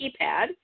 keypad